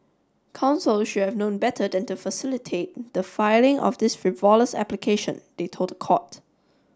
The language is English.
counsel should have known better than to facility the filing of this frivolous application they told the court